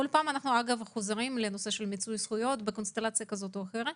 כל פעם אנחנו חוזרים לנושא של מיצוי זכויות בקונסטלציה כזו או אחרת.